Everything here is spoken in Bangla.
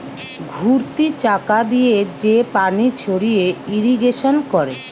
ঘুরতি চাকা দিয়ে যে পানি ছড়িয়ে ইরিগেশন করে